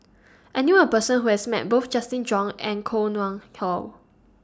I knew A Person Who has Met Both Justin Zhuang and Koh Nguang How